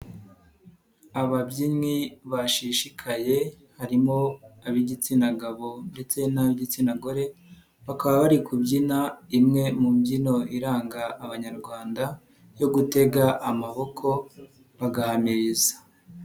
Ababyinnyi bashishikaye harimo ab'igitsina gabo ndetse n'abigitsina gore, bakaba bari kubyina imwe mu mbyino iranga Abanyarwanda yo gutega amaboko bagahamiriza.